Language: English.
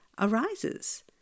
arises